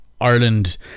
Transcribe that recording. Ireland